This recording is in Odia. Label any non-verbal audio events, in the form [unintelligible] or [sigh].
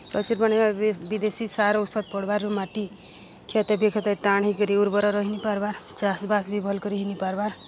[unintelligible] ବା ବିଦେଶୀ ସାର ଔଷଧ ପଡ଼୍ବାର୍ରୁ ମାଟି କ୍ଷତ ବିକ୍ଷତ ଟାଣ୍ ହେଇକରି ଉର୍ବର ରହିନିପାର୍ବାର୍ ଚାଷ୍ବାସ୍ ବି ଭଲ୍ କରି ହେଇନିପାର୍ବାର୍